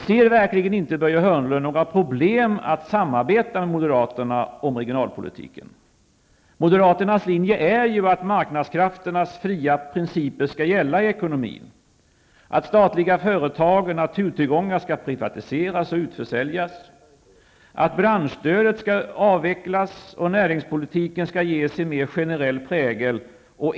Ser verkligen inte Börje Hörnlund några problem med att samarbeta med moderaterna beträffande regionalpolitiken? Moderaternas linje är ju att marknadskrafternas fria principer skall gälla när det gäller ekonomin. Statliga företag och naturtillgångar skall ju privatiseras och utförsäljas, branschstödet skall avvecklas och näringspolitiken skall ges en mer generell prägel.